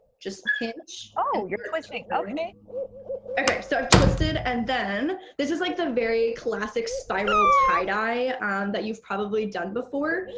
just pinch. oh, your twisting, okay. okay, so i've twisted. and then, this is like the very classic spiral tie-dye that you've probably done before.